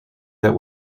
that